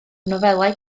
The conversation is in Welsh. nofelau